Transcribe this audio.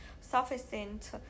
sufficient